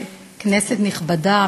כנסת נכבדה,